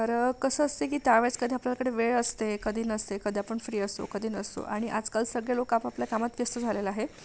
तर कसं असते की त्यावेळेस कधी आपल्याकडे वेळ असते कधी नसते कधी आपण फ्री असतो कधी नसतो आणि आजकाल सगळे लोक आपापल्या कामात व्यस्त झालेले आहे